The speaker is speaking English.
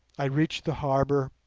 i reached the harbour.